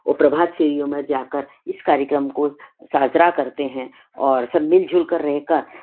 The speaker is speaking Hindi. वह प्रभात फेरियों में जाकर इस कार्यक्रम को सांझा करते हैं और सब मिलजुल कर रहकर